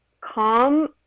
calm